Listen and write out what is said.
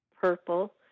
purple